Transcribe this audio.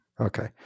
Okay